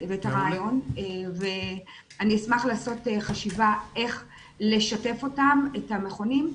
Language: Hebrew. ואת הרעיון ואני אשמח לעשות חשיבה איך לשתף את המכונים.